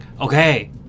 okay